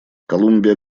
колумбия